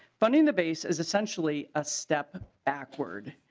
funding the base is essentially a step backward.